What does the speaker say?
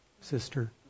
sister